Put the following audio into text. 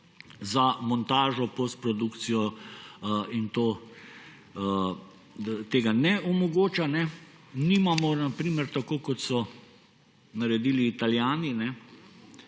montaže, postprodukcije in tega ne omogoča. Nimamo na primer tako, kot so naredili Italijani,